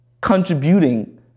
contributing